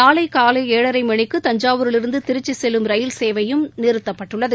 நாளை காலை ஏழரை மணிக்கு தஞ்சாவூரிலிருந்து திருச்சி செல்லும் ரயில் சேவையும் நிறுத்தப்பட்டுள்ளது